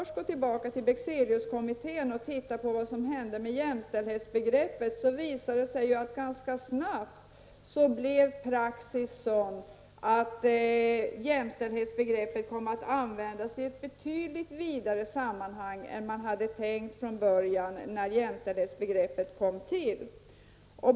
När man går tillbaka till Bexeliuskommittén och ser på vad som hände med jämställdhetsbegreppet, så visar det sig att praxis ganska snabbt blev sådan att jämställdhetsbegreppet kom att användas i ett betydligt vidare sammanhang än man hade tänkt från början, när jämställdhetsbegreppet kom till.